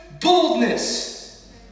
boldness